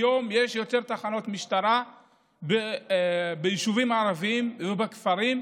היום יש יותר תחנות משטרה ביישובים ערביים ובכפרים,